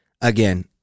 again